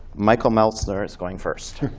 michael meltsner is going first.